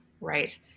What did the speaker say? Right